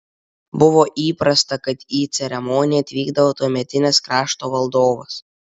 buvo įprasta kad į ceremoniją atvykdavo tuometinis krašto valdovas